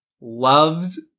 loves